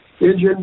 engine